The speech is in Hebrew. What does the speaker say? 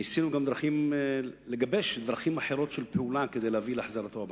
ניסינו לגבש גם דרכים אחרות של פעולה כדי להביא להחזרתו הביתה.